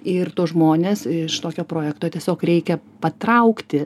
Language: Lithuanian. ir tuos žmones iš tokio projekto tiesiog reikia patraukti